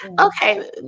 Okay